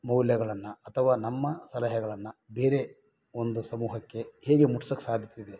ಮೌಲ್ಯಗಳನ್ನು ಅಥವಾ ನಮ್ಮ ಸಲಹೆಗಳನ್ನು ಬೇರೆ ಒಂದು ಸಮೂಹಕ್ಕೆ ಹೇಗೆ ಮುಟ್ಸಕ್ಕೆ ಸಾಧ್ಯತೆ ಇದೆ